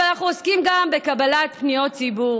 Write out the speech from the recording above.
אבל אנחנו עוסקים גם בקבלת פניות ציבור.